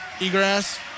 Egress